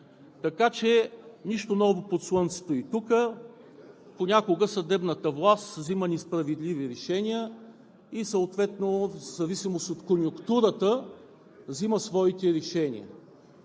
Така че нищо ново под слънцето. И тук понякога съдебната власт взима несправедливи решения и в зависимост от конюнктурата взима своите решения.